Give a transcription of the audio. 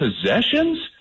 possessions